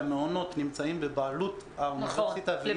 שהמעונות נמצאים בבעלות האוניברסיטה והיא זאת שמפעילה -- נכון,